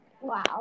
Wow